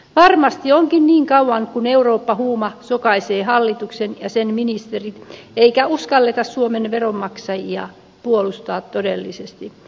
varmasti onkin niin kauan kuin eurooppa huuma sokaisee hallituksen ja sen ministerit eikä uskalleta suomen veronmaksajia puolustaa todellisesti